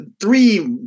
three